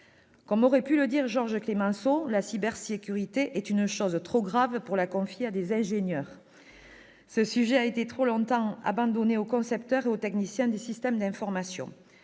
Comme aurait pu le dire Georges Clemenceau, la cybersécurité est une chose trop grave pour la confier à des ingénieurs ! Ce sujet a été trop longtemps abandonné aux concepteurs et aux techniciens des systèmes d'information.